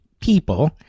people